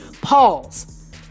Pause